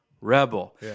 rebel